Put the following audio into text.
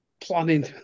planning